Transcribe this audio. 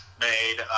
made